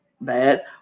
bad